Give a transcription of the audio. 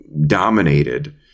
dominated